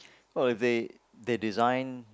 well they they're design